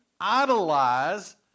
idolize